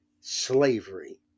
slavery